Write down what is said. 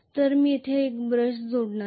तर मी येथे एक ब्रश जोडणार आहे